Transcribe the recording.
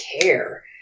care